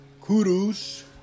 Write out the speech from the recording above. Kudos